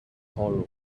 hollow